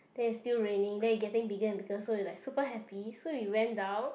there's still raining then it getting bigger and bigger so we're like super happy so we went down